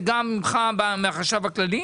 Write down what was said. וגם ממך מהחשב הכללי,